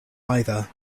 either